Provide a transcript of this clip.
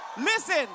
Listen